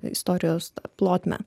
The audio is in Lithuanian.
istorijos plotmę